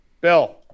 Bill